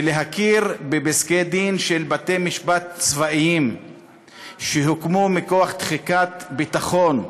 להכיר בפסקי-דין של בתי-משפט צבאיים שהוקמו מכוח תחיקת ביטחון,